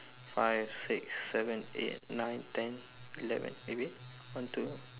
five six seven eight nine ten eleven eh wait one two